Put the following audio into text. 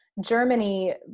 Germany